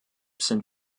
sind